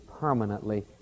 permanently